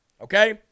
okay